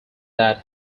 that